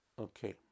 Okay